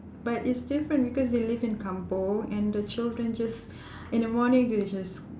but it's different because they live in kampung and the children just in the morning they just